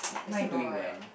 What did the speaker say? my god